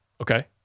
Okay